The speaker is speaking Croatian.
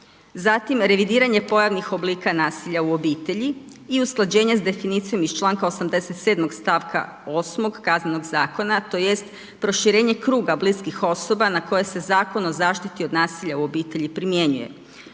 zatim revidiranje pojavnih oblika nasilja u obitelji u usklađenje s definicijom iz članka 87. stavka 8. Kaznenog zakona tj. proširenje kruga bliskih osoba na koje se Zakon o zaštiti od nasilja u obitelji primjenjuje,